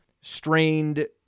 strained